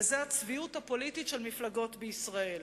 וזה הצביעות הפוליטית של מפלגות בישראל,